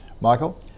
Michael